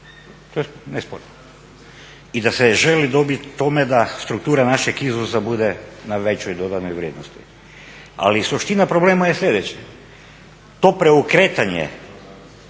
To je nesporno. I da se želi dobiti tome da struktura našeg izvoza bude na većoj dodanoj vrijednosti. Ali suština problema je sljedeća, to preokretanje